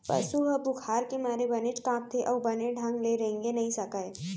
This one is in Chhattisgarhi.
पसु ह बुखार के मारे बनेच कांपथे अउ बने ढंग ले रेंगे नइ सकय